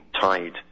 tied